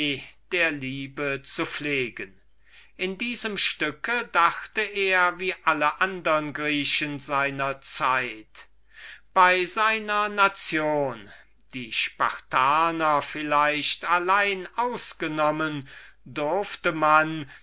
der liebe zu pflegen agathon dachte in diesem stücke wie alle andren griechen seiner zeit bei seiner nation die spartaner vielleicht allein ausgenommen durfte man